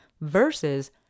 versus